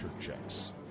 checks